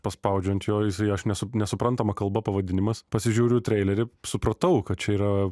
paspaudžiu ant jo jisai aš nesu nesuprantama kalba pavadinimas pasižiūriu treilerį supratau kad čia yra